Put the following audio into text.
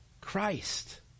Christ